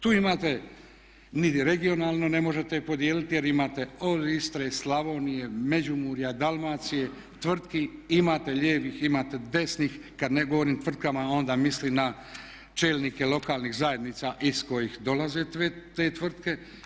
Tu imate, ni regionalno ne možete podijeliti jer imate od Istre, Slavonije, Međimurja, Dalmacije tvrtki, imate lijevih, imate desnih, kad ne govorim tvrtkama onda mislim na čelnike lokalnih zajednica iz kojih dolaze te tvrtke.